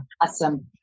Awesome